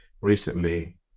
recently